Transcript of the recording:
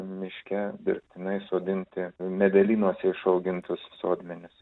miške dirbtinai sodinti medelynuose išaugintus sodmenis